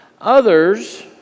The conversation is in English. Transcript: Others